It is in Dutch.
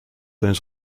eens